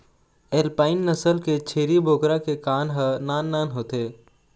alpine नसल के छेरी बोकरा के कान ह नान नान होथे